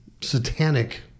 satanic